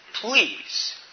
please